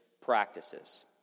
practices